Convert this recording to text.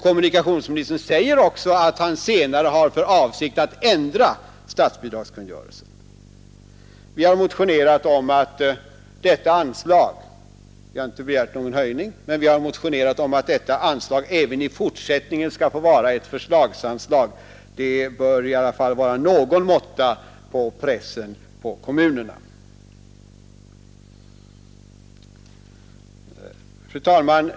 Kommunikationsministern säger också att han har för avsikt att senare ändra statsbidragskungörelsen. Vi har i det fallet inte begärt någon höjning av beloppet, men vi har motionerat om att detta anslag även i fortsättningen skall få vara ett förslagsanslag. Det bör i alla fall vara någon måtta på pressen på kommunerna! Fru talman!